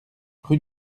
rue